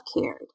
cared